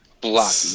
blocky